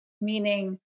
Meaning